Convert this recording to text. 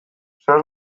zer